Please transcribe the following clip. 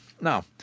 Now